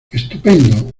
estupendo